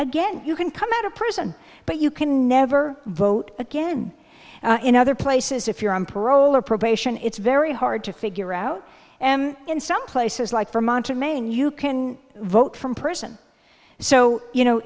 again you can come out of prison but you can never vote again in other places if you're on parole or probation it's very hard to figure out in some places like vermont or maine you can vote from person so you know